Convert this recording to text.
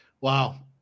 Wow